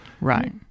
Right